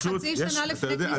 בסדר.